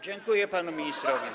Dziękuję panu ministrowi.